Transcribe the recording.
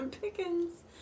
Pickens